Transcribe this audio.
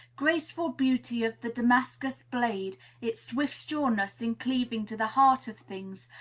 graceful beauty of the damascus blade its swift sureness in cleaving to the heart of things,